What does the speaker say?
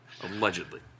allegedly